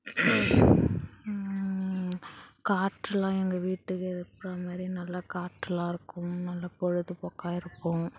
காற்றெலாம் எங்கள் வீட்டுக்கு இருக்கிற மாதிரி நல்ல காற்றெலாம் இருக்கும் நல்ல பொழுதுபோக்காக இருக்கும்